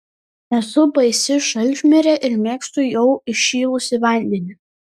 esu baisi šalčmirė ir mėgstu jau įšilusį vandenį